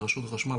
ברשות החשמל,